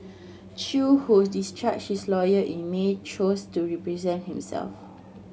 Chew who discharged his lawyer in May chose to represent himself